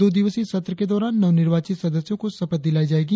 दो दिवसीय सत्र के दौरान नवनिर्वाचित सदस्यों को शपथ दिलायी जायेगी